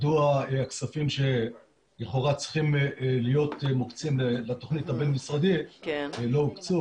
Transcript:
מדוע הכספים שלכאורה צריכים להיות מוקצים לתכנית הבין משרדית לא הוקצו.